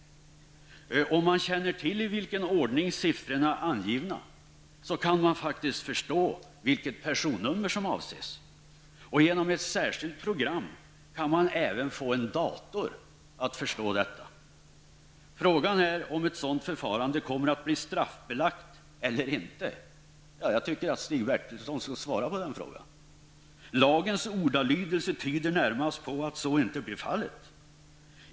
Om man känner till i vilken ordning siffrorna är angivna kan man faktiskt förstå vilket personnummer som avses. Genom ett särskilt program kan man även få en dator att förstå detta. Frågan är om ett sådant förfarande kommer att bli straffbelagt eller inte. Jag tycker att Stig Bertilsson skall svara på den frågan. Lagens ordalydelse tyder närmast på att så inte blir fallet.